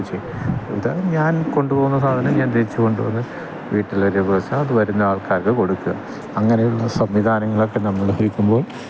ഇത് ഞാൻ കൊണ്ടുപോകുന്ന സാധനം ഞാൻ തിരിച്ചുകൊണ്ടുവന്ന് വീട്ടിലൊക്കെ ഇപ്പോള് ആൾക്കാർക്ക് കൊടുക്കുക അങ്ങനെയുള്ള സംവിധാനങ്ങളൊക്കെ നമ്മളുപയോഗിക്കുമ്പോൾ